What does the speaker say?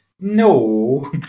no